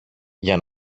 για